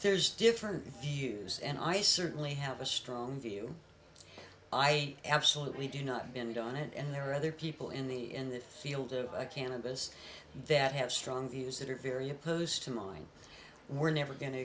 there's different views and i certainly have a strong view i absolutely do not been done and there are other people in the in the field of cannabis that have strong views that are very opposed to mine we're never going to